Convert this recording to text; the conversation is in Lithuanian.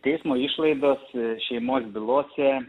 teismo išlaidas šeimos bylose